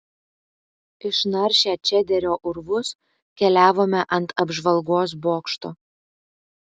išnaršę čederio urvus keliavome ant apžvalgos bokšto